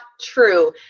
true